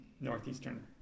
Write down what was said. Northeastern